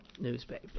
newspaper